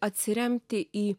atsiremti į